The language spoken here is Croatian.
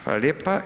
Hvala lijepa.